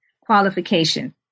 qualification